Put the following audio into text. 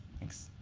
thanks.